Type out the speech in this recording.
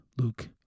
Luke